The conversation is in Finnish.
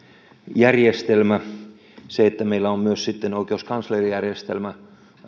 järjestelmä se että meillä on sitten myös oikeuskanslerijärjestelmä